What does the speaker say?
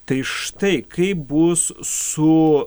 tai štai kaip bus su